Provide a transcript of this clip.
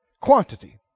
quantity